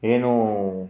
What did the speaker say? ಏನು